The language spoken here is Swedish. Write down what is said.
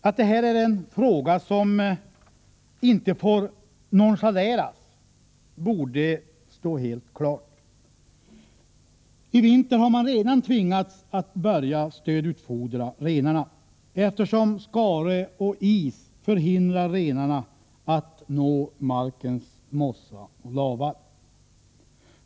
Att det här är en fråga som inte får nonchaleras borde stå helt klart. I vinter har man redan tvingats börja stödutforda renarna, eftersom skare och is förhindrar renarna att nå markens mossa och lava.